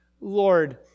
Lord